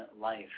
life